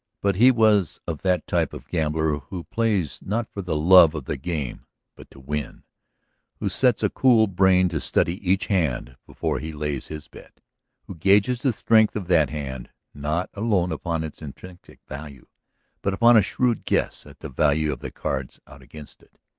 but he was of that type of gambler who plays not for the love of the game but to win who sets a cool brain to study each hand before he lays his bet who gauges the strength of that hand not alone upon its intrinsic value but upon a shrewd guess at the value of the cards out against it.